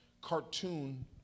cartoon